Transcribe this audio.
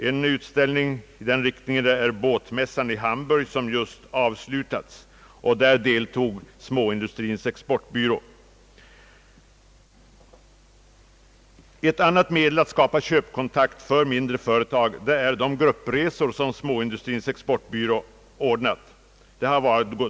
En utställning i den riktningen är båtmässan i Hamburg, som just avslutats och där Småindustrins Exportbyrå deltagit. Ett annat medel att skapa köpkontakt för de mindre företag är de gruppresor som Småindustrins Exportbyrå ordnar.